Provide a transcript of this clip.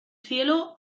cielo